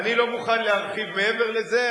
אני לא מוכן להרחיב מעבר לזה.